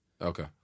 Okay